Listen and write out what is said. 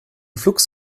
flux